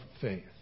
faith